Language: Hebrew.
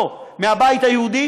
מהבית היהודי